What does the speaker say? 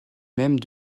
même